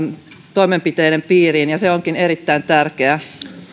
toimenpiteiden piiriin ja se onkin erittäin tärkeää